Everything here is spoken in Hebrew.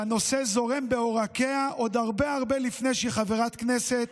שהנושא זורם בעורקיה עוד הרבה הרבה לפני שהיא חברת כנסת.